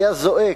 היה זועק.